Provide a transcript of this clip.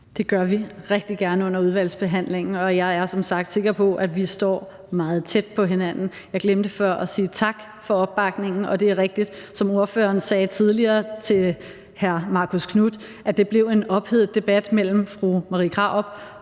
Det gør vi rigtig gerne under udvalgsbehandlingen, og jeg er som sagt sikker på, at vi står meget tæt på hinanden. Jeg glemte før at sige tak for opbakningen, og det er rigtigt, som ordføreren sagde tidligere til hr. Marcus Knuth, at det blev en ophedet debat mellem fru Marie Krarup